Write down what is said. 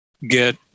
get